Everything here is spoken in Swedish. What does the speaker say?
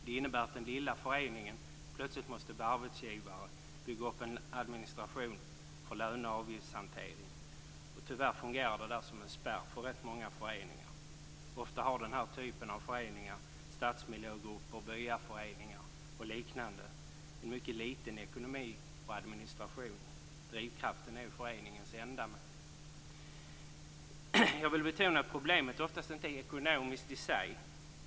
Det innebär att den lilla föreningen plötsligt måste bli arbetsgivare och bygga upp en administration för löne och avgiftshantering. Tyvärr fungerar det som en spärr för rätt många föreningar. Ofta har den här typen av föreningar - stadsmiljögrupper, byaföreningar och liknande - en mycket liten ekonomi och administration. Drivkraften är föreningens ändamål. Jag vill betona att problemet oftast inte är ekonomiskt i sig.